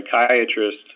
psychiatrist